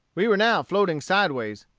we were now floating sideways,